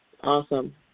Awesome